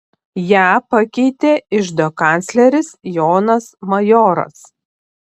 ją pakeitė iždo kancleris jonas majoras